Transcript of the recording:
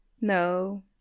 no